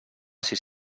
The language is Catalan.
sis